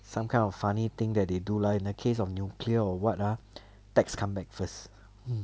some kind of funny thing that they do lah in the case of nuclear or what ah tax come first